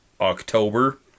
October